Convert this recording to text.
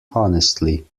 honestly